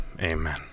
Amen